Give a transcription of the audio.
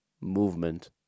movement